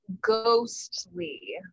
ghostly